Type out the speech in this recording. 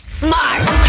SMART